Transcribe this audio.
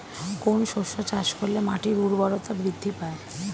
কোন শস্য চাষ করলে মাটির উর্বরতা বৃদ্ধি পায়?